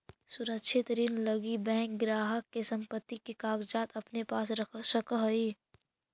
सुरक्षित ऋण लगी बैंक ग्राहक के संपत्ति के कागजात अपने पास रख सकऽ हइ